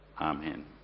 Amen